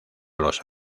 los